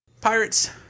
Pirates